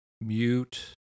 mute